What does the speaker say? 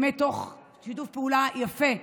בשיתוף פעולה יפה,